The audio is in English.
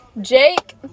Jake